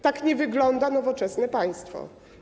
Tak nie wygląda nowoczesne państwo.